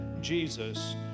Jesus